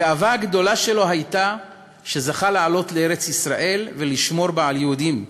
הגאווה הגדולה שלו הייתה שזכה לעלות לארץ-ישראל ולשמור בה על יהודים,